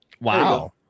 Wow